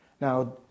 Now